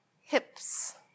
hips